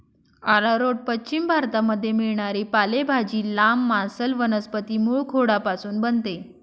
arrowroot पश्चिम भारतामध्ये मिळणारी पालेभाजी, लांब, मांसल वनस्पती मूळखोडापासून बनते